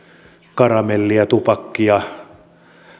karamellia tupakkia